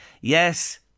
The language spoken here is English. Yes